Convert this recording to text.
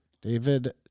David